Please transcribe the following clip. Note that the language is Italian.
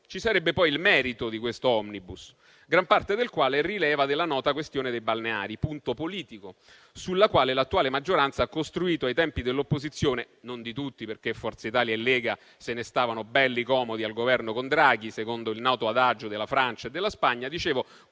Ci sarebbe poi il merito di questo *omnibus*, gran parte del quale rileva della nota questione dei balneari - punto politico - sulla quale l'attuale maggioranza ha costruito ai tempi dell'opposizione, e non di tutti, perché Forza Italia e Lega se ne stavano belli comodi al Governo con Draghi, secondo il noto adagio della Francia e della Spagna. Quando